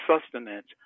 sustenance